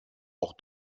auch